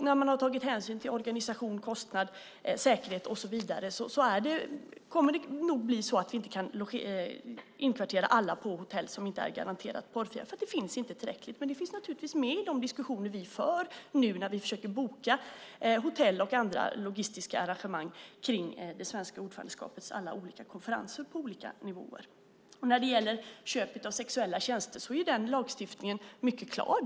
När man har tagit hänsyn till organisationskostnad, säkerhet och så vidare kommer det nog att bli så att vi inte kan inkvartera alla på hotell som inte är garanterat porrfria därför att det inte finns tillräckligt många sådana. Men detta finns naturligtvis med i de diskussioner som vi för nu när vi försöker boka hotell och ordna andra logistiska arrangemang kring det svenska ordförandeskapets alla olika konferenser på olika nivåer. När det gäller köpet av sexuella tjänster är lagstiftningen mycket klar.